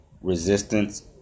resistance